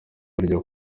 barya